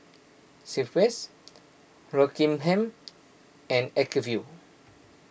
Schweppes Rockingham and Acuvue